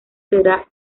será